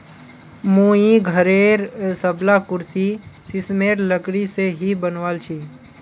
मुई घरेर सबला कुर्सी सिशमेर लकड़ी से ही बनवाल छि